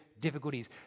difficulties